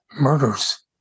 murders